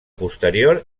posterior